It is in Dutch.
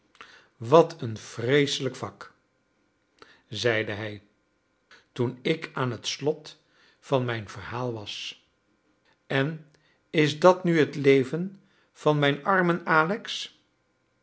wat een vreeselijk vak zeide hij toen ik aan het slot van mijn verhaal was en is dat nu het leven van mijn armen alex